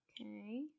Okay